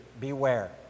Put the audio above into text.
beware